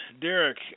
Derek